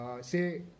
say